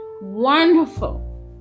wonderful